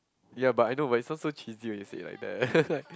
ya but I know but it sound so cheesy when you say it like that like